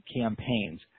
campaigns